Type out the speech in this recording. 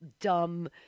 dumb